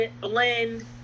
blend